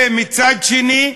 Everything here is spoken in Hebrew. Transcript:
ומצד שני,